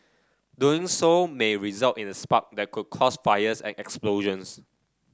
doing so may result in a spark that could cause fires and explosions